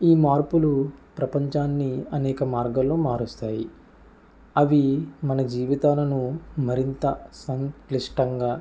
ఈ మార్పులు ప్రపంచాన్ని అనేక మార్గాలు మారుస్తాయి అవి మన జీవితాలను మరింత సంక్లిష్టంగా